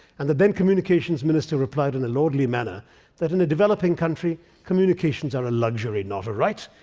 and the then-communications minister replied in a lordly manner that in a developing country communications are a luxury, not a right,